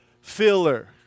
filler